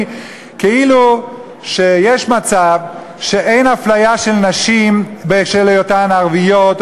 כאילו יש מצב שאין אפליה של נשים בשל היותן ערביות או